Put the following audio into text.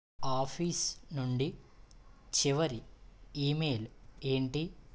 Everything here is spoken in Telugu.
ఆఫీస్ నుండి చివరి ఇమెయిల్ ఏంటి